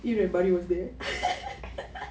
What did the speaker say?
you and buddy was there